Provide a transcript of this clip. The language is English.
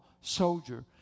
soldier